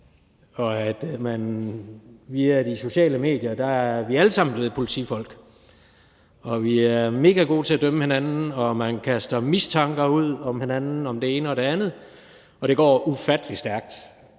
sammen via de sociale medier er blevet politifolk, og vi er megagode til at dømme hinanden, og man kaster mistanker ud mod hinanden om det ene og det andet, og det går ufattelig stærkt.